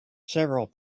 several